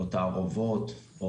או תערובות,